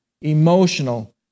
emotional